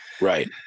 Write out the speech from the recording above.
Right